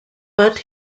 but